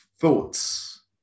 thoughts